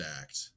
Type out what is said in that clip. act